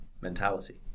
mentality